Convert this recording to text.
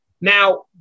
Now